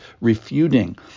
refuting